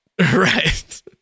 Right